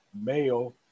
male